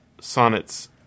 sonnets